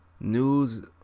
news